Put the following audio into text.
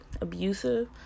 abusive